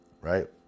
right